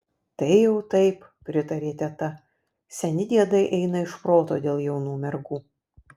tai jau taip pritarė teta seni diedai eina iš proto dėl jaunų mergų